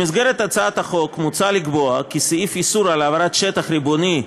במסגרת הצעת החוק מוצע לקבוע כי סעיף איסור העברת שטח ריבוני,